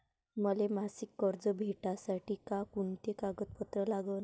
मले मासिक कर्ज भेटासाठी का कुंते कागदपत्र लागन?